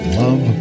love